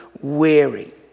weary